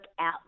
out